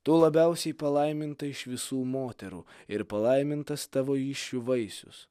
tu labiausiai palaiminta iš visų moterų ir palaimintas tavo įsčių vaisius